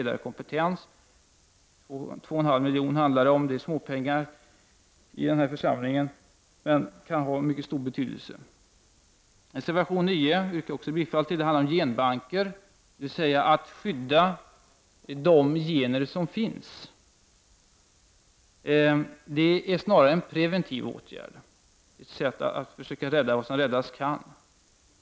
Därför begär vi att 2,5 miljoner anvisas för ändamålet — småpengar för den här församlingen, men ett sådant anslag skulle kunna få mycket stor betydelse. Jag yrkar också bifall till reservation 9, som handlar om genbanker. Det gäller att skydda de gener som finns. Det här är snarare en preventiv åtgärd, ett sätt att försöka rädda vad som räddas kan.